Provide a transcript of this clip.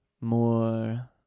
more